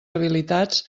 habilitats